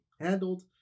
handled